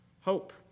hope